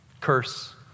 curse